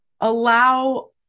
allow